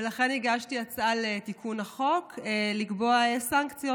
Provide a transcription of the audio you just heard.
ולכן הגשתי הצעה לתיקון החוק לקבוע סנקציות,